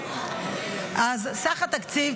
אז סך התקציב,